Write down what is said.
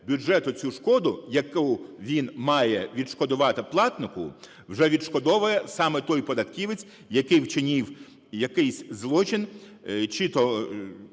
бюджету цю шкоду, яку він має відшкодувати платнику, вже відшкодовує саме той податківець, який вчинив якийсь злочин чи то